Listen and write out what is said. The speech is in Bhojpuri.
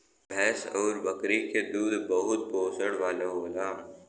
भैंस आउर बकरी के दूध बहुते पोषण वाला होला